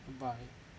bye bye